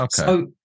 Okay